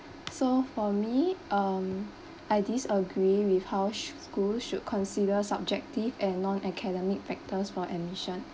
so for me um I disagree with how sh~ school should consider subjective and non academic factors for admission